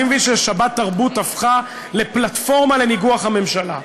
אני מבין ש"שבתרבות" הפכה לפלטפורמה לניגוח הממשלה.